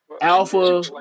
Alpha